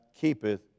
keepeth